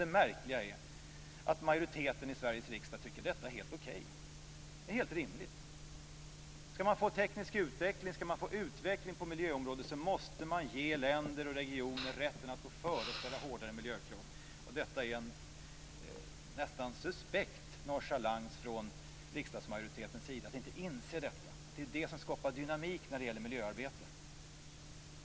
Det märkliga är att majoriteten i Sveriges riksdag tycker att detta är helt okej. Det är helt rimligt. Om det skall bli teknisk utveckling och utveckling på miljöområdet, måste länder och regioner ges rätten att få gå före och ställa hårdare miljökrav. Det är en nästan suspekt nonchalans från riksdagsmajoritetens sida att inte inse detta. Det är det som skapar dynamik i miljöarbetet.